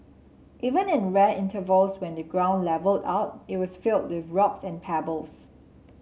even in the rare intervals when the ground levelled out it was filled with rocks and pebbles